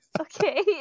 Okay